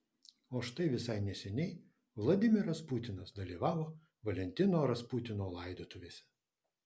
o štai visai neseniai vladimiras putinas dalyvavo valentino rasputino laidotuvėse